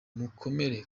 mukomere